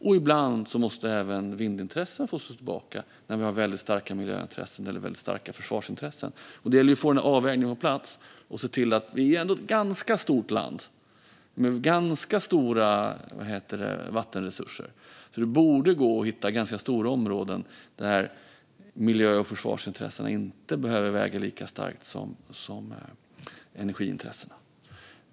Och ibland måste även vindintressena stå tillbaka, när vi har väldigt starka miljö eller försvarsintressen. Det gäller att få den avvägningen på plats. Vi är ändå ett ganska stort land med ganska stora vattenresurser. Det borde alltså gå att hitta ganska stora områden där miljö och försvarsintressena inte behöver väga lika starkt som energiintressena.